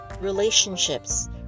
relationships